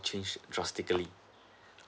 changed drastically